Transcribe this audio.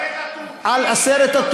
על הסרט,